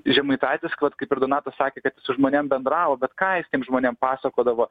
žemaitaitis kvat kaip ir donatas sakė kad jis su žmonėm bendravo bet ką tiem žmonėm pasakodavo